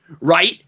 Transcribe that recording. right